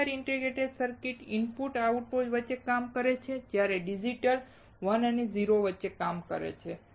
linear integrated circuit input અને output વચ્ચે કામ કરે છે જ્યારે ડિજિટલ 1 અને 0 પર કાર્ય કરે છે